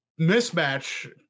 mismatch